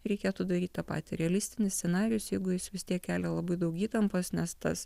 reikėtų daryt tą patį realistinis scenarijus jeigu jis vis tiek kelia labai daug įtampos nes tas